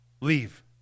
Leave